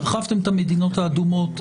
הרחבתם את המדינות האדומות,